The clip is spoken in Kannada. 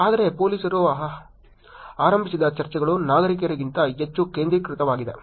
ಆದರೆ ಪೊಲೀಸರು ಆರಂಭಿಸಿದ ಚರ್ಚೆಗಳು ನಾಗರಿಕರಿಗಿಂತ ಹೆಚ್ಚು ಕೇಂದ್ರೀಕೃತವಾಗಿವೆ